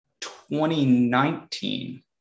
2019